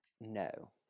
No